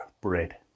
bread